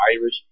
Irish